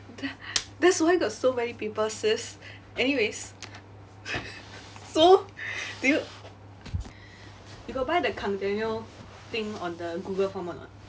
that that's why got so many people sis anyways so did you you got buy the container thing on the google form or not